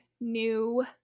new